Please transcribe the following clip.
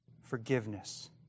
Forgiveness